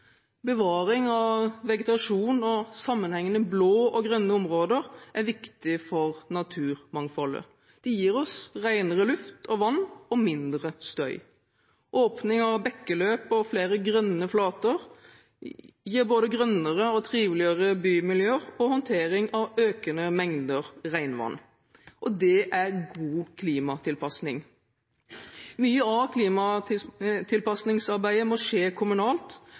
Bevaring av vegetasjon og sammenhengende blå og grønne områder er viktig for naturmangfoldet. Det gir oss renere luft og vann og mindre støy. Åpning av bekkeløp og flere grønne flater gir både grønnere og triveligere bymiljøer og håndtering av økende mengder regnvann, og det er god klimatilpasning. Mye av klimatilpasningsarbeidet må skje kommunalt,